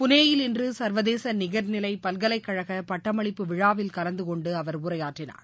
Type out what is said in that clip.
புளேயில் இன்று சர்வதேச நிகர்நிலை பல்கலைக்கழகபட்டமளிப்பு விழாவில் கலந்துகொண்டு அவர் உரையாற்றினார்